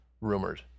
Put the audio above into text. Rumored